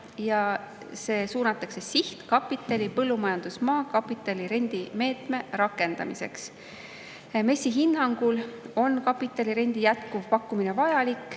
See suunatakse sihtkapitali põllumajandusmaa kapitalirendi meetme rakendamiseks. MES‑i hinnangul on kapitalirendi jätkuv pakkumine vajalik,